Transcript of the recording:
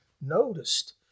noticed